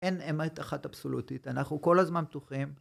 אין אמת אחת אבסולוטית, אנחנו כל הזמן פתוחים.